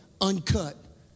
uncut